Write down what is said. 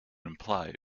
implied